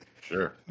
sure